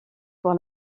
pour